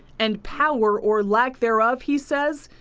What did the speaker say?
and power, or lack thereof, he says,